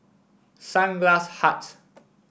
Sunglass Hut